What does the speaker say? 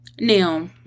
now